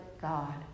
God